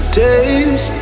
days